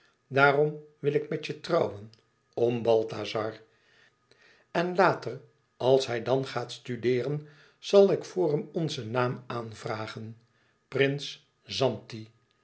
daarom wil ik met je trouwen om balthazar en later als hij dan gaat studeeren zal ik voor hem onzen naam aanvragen prins zanti